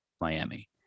Miami